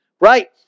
Right